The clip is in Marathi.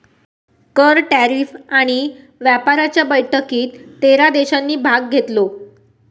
कर, टॅरीफ आणि व्यापाराच्या बैठकीत तेरा देशांनी भाग घेतलो